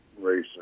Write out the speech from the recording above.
racing